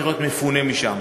צריך להיות מפונה משם.